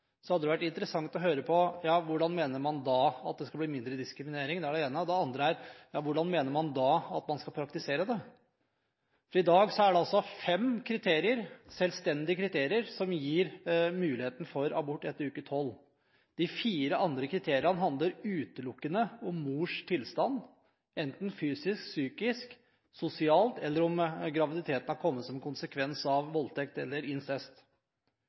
hadde det vært interessant å høre hvordan man da mener at det skal bli mindre diskriminering. Det er det ene. Det andre er hvordan man mener man skal praktisere det. I dag er det fem selvstendige kriterier som girmulighet for abort etter uke 12. De fire andre kriteriene handler utelukkende om mors tilstand – fysisk, psykisk eller sosialt – eller om graviditeten har kommet som konsekvens av voldtekt eller incest.